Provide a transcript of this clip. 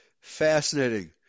fascinating